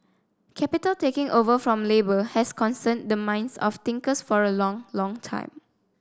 capital taking over from labour has concerned the minds of thinkers for a long long time